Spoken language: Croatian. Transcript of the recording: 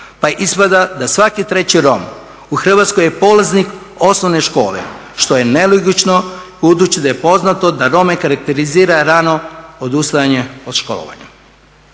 pa ispada da svaki treći Rom u Hrvatskoj je polaznik osnovne škole što je nelogično, budući da je poznato da Rome karakterizira rano odustajanje od školovanja.